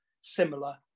similar